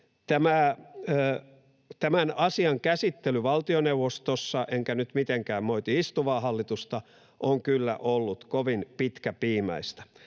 Tämän asian käsittely valtioneuvostossa, enkä nyt mitenkään moiti istuvaa hallitusta, on kyllä ollut kovin pitkäpiimäistä.